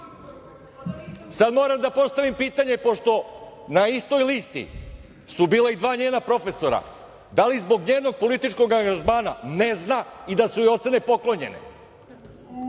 moram da postavim pitanje pošto na istoj listi su bila i dva njena profesora - da i zbog njenog političkog angažmana ne znam i da su joj ocene poklonjene?